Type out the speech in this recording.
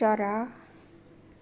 चरा